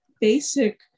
basic